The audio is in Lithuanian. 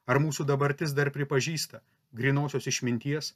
ar mūsų dabartis dar pripažįsta grynosios išminties